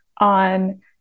on